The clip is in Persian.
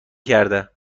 کرده